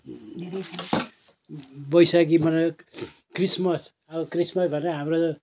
वैशाखी मनायो क्रिसम्स अब क्रिसमस भने हाम्रो